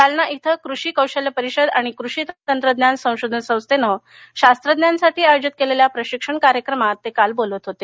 जालना धिं कृषी कौशल्य परिषद आणि कृषी तंत्रज्ञान संशोधन संस्थेनं शास्त्रज्ञांसाठी आयोजित केलेल्या प्रशिक्षण कार्यक्रमात ते काल बोलत होते